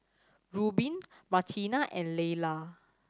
Rubin Martina and Laylah